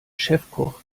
chefkoch